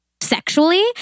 sexually